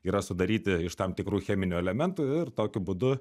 yra sudaryti iš tam tikrų cheminių elementų ir tokiu būdu